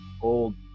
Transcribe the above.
old